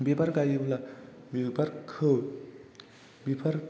बिबार गायोब्ला बिबारखौ